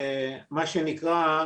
מה שנקרא,